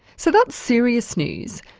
so that's serious news,